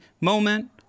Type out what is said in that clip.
moment